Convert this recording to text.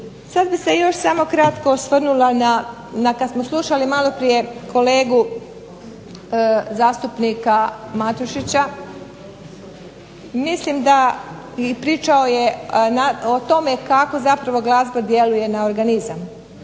Sad bih se još samo kratko osvrnula na, kad smo slušali maloprije kolegu zastupnika Matušića mislim da, i pričao je o tome kako zapravo glazba djeluje na organizam,